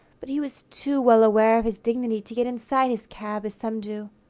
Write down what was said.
but he was too well aware of his dignity to get inside his cab as some do.